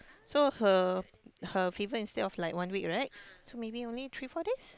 so her her fetus instead of like one week right so maybe three four days